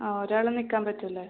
ആ ഒരാൾ നിൽക്കാൻ പറ്റുമല്ലേ